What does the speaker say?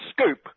scoop